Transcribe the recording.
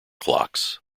clocks